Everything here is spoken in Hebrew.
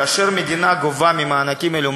כאשר המדינה גובה מס על מענקים אלו,